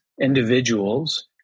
individuals